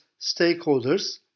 stakeholders